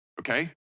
okay